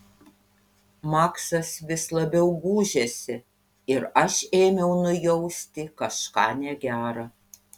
maksas vis labiau gūžėsi ir aš ėmiau nujausti kažką negera